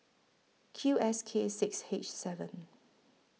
Q S K six H seven